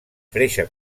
freixe